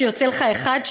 שיוצא לך אחת,